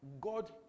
God